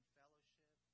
fellowship